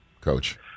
coach